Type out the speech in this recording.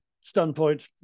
standpoint